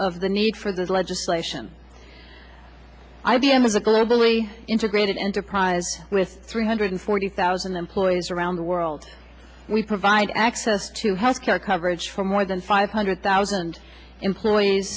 of the need for this legislation i b m is a globally integrated enterprise with three hundred forty thousand employees around the world we provide access to health care coverage for more than five hundred thousand employees